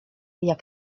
jak